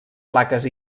plaques